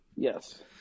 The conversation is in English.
Yes